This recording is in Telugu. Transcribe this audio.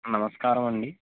నమస్కారమండి